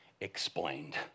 explained